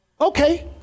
Okay